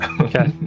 okay